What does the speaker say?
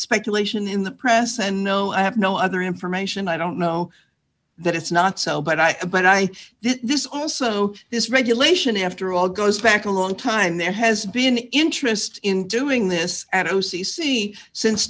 speculation in the press and no i have no other information i don't know that it's not so but i but i did this also this regulation after all goes back a long time there has been an interest in doing this at o c c since